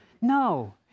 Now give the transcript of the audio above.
No